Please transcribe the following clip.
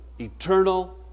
eternal